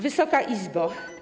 Wysoka Izbo!